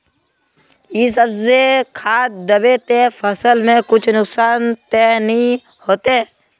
इ सब जे खाद दबे ते फसल में कुछ नुकसान ते नय ने होते